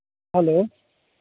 hello